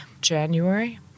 January